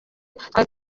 twari